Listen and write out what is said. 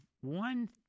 one